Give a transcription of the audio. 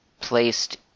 placed